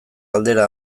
aldera